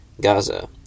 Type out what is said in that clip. Gaza